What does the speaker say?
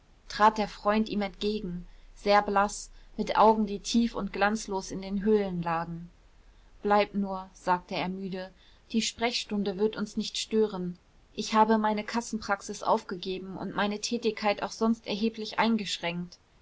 trat der freund ihm entgegen sehr blaß mit augen die tief und glanzlos in den höhlen lagen bleib nur sagte er müde die sprechstunde wird uns nicht stören ich habe meine kassenpraxis aufgegeben und meine tätigkeit auch sonst erheblich eingeschränkt